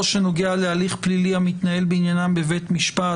או שנוגע להליך פלילי המתנהל בעניינם בבית משפט,